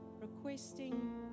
requesting